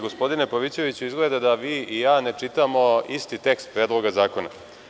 Gospodine Pavićeviću, izgleda da vi i ja ne čitamo isti tekst Predloga zakona.